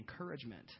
encouragement